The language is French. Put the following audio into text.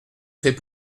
fait